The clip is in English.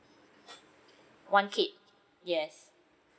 one kid yes